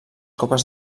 copes